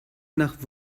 nach